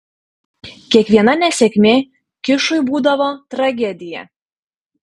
kiekviena nesėkmė kišui būdavo tragedija